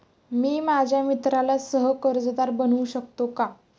मी माझ्या मित्राला सह कर्जदार बनवू शकतो का?